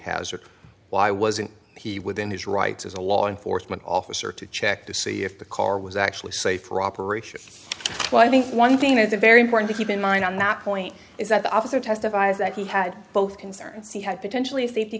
hazard why wasn't he within his rights as a law enforcement officer to check to see if the car was actually safer operation well i think one thing that's very important to keep in mind on that point is that the officer testifies that he had both concerns he had potentially safety